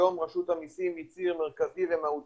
היום רשות המסים היא ציר מרכזי ומהותי